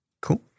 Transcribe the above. cool